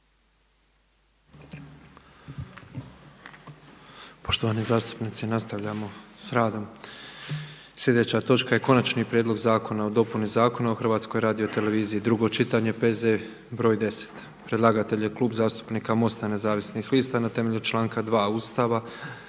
Poštovani zastupnici nastavljamo sa radom. Sljedeća točka je: - Konačni prijedlog zakona o dopuni Zakona o Hrvatskoj radioteleviziji, drugo čitanje, P.Z. br. 10 Predlagatelj je Klub zastupnika MOST-a Nezavisnih lista na temelju članaka 2. Ustava